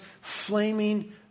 flaming